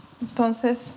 Entonces